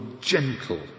gentle